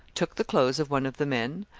took the clothes of one of the men,